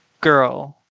girl